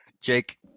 Jake